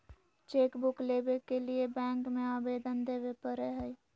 chequebook लेबे के लिए बैंक में अबेदन देबे परेय हइ